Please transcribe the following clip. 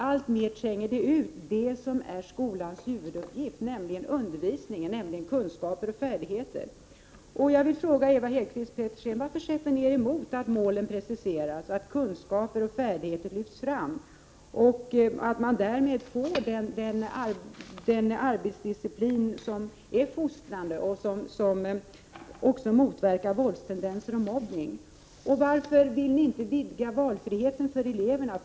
Det tränger ut det som är skolans huvuduppgift, nämligen undervisning och förmedling av kunskap och färdigheter. Jag vill fråga Ewa Hedkvist Petersen varför ni sätter er emot att målen Prot. 1988/89:35 preciseras, att kunskaper och färdigheter lyfts fram och att man därmed får 30 november 1988 den arbetsdisciplin som är fostrande och som motverkar våldstendenser OCh = Yr... «bnifiåon, = mobbning? Varför vill ni inte vidga valfriheten för eleverna?